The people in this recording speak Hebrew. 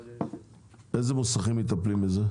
איזה מוסכים מטפלים בזה?